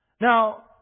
Now